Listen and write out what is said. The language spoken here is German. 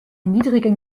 niedrigen